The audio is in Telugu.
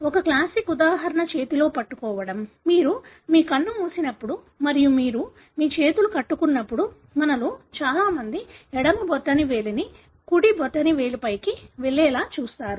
ఒక క్లాసిక్ ఉదాహరణ చేతితో పట్టుకోవడం మీరు మీ కన్ను మూసినప్పుడు మరియు మీరు మీ చేతులు కట్టుకున్నప్పుడు మనలో చాలా మంది ఎడమ బొటన వేలిని కుడి బొటనవేలుపైకి వెళ్లేలా చూస్తారు